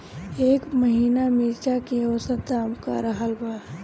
एह महीना मिर्चा के औसत दाम का रहल बा?